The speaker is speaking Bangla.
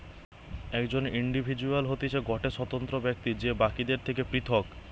একজন ইন্ডিভিজুয়াল হতিছে গটে স্বতন্ত্র ব্যক্তি যে বাকিদের থেকে পৃথক